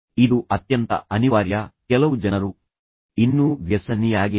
ಇದು ಅತ್ಯಂತ ಅನಿವಾರ್ಯ ಕೆಲವು ಜನರು ಇನ್ನೂ ವ್ಯಸನಿಯಾಗಿಲ್ಲ